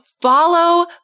follow